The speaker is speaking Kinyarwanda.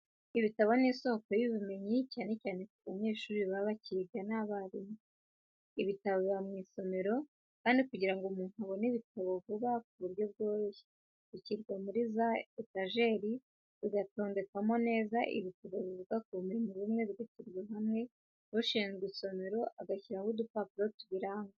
Ibitabo ni isoko y'ubumenyi, cyane cyane ku banyeshuri baba bakiga n'abarimu. Ibitabo biba mu masomero, kandi kugira ngo umuntu abone ibitabo vuba ku buryo bworoshye, bishyirwa muri za etajeri, bigatondekwamo neza, ibitabo bivuga ku bumenyi bumwe bigashyirwa hamwe, ushinzwe isomero agashyiraho udupapuro tubiranga.